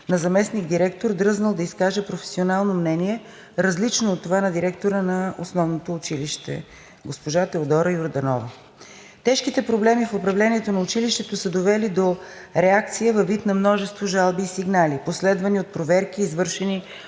на заместник-директор, дръзнал да изкаже професионално мнение, различно от това на директора на основното училище – госпожа Теодора Йорданова. Тежките проблеми в управлението на училището са довели до реакция във вид на множество жалби и сигнали, последвани от проверки, извършени